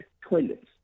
toilets